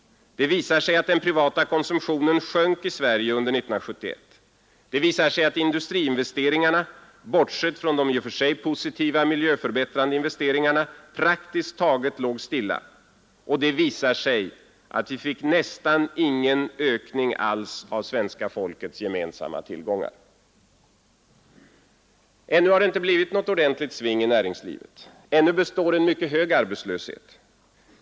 Det visar sig att den privata konsumtionen sjönk i Sverige under 1971. Det visar sig att industriinvesteringarna, bortsett från de i och för sig positiva miljöförbättrande investeringarna, praktiskt taget låg stilla. Och det visar sig att vi fick nästan ingen ökning alls av svenska folkets gemensamma tillgångar. Ännu har det inte blivit något ordentligt sving i näringslivet. Ännu består en mycket hög arbetslöshet.